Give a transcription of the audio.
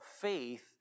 faith